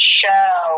show